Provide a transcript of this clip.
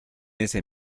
ese